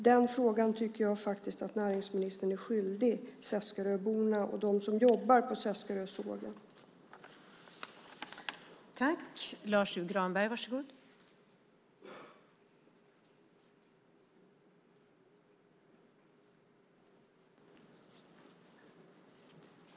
Den frågan tycker jag att näringsministern är skyldig Seskaröborna och dem som jobbar på Seskarösågen ett svar på.